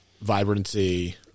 vibrancy